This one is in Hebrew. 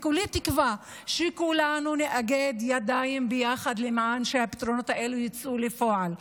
כולי תקווה שכולנו נאגד ידיים ביחד כדי שהפתרונות האלה יצאו לפועל.